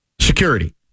security